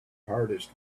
hardest